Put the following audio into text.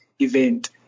event